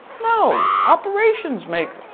no, operations make.